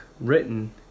written